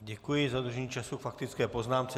Děkuji za dodržení času k faktické poznámce.